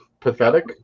pathetic